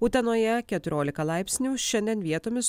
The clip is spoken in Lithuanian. utenoje keturiolika laipsnių šiandien vietomis